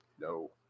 no